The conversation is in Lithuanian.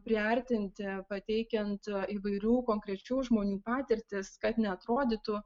priartinti pateikiant įvairių konkrečių žmonių patirtis kad neatrodytų